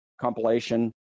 compilation